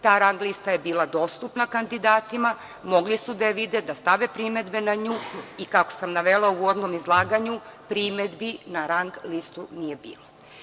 Ta rang lista je bila dostupna kandidatima, mogli su da je vide, da stave primedbe na nju i, kako sam navela u uvodnom izlaganju, primedbi na rang listu nije bilo.